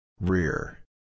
Rear